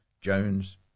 Jones